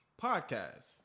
podcast